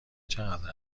چقدر